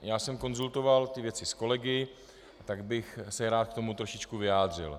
Já jsem konzultoval ty věci s kolegy, tak bych se rád k tomu trošičku vyjádřil.